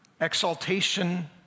exaltation